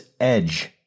edge